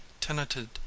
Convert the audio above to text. tenanted